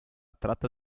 tratta